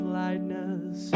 lightness